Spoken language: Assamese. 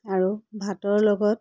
আৰু ভাতৰ লগত